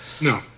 No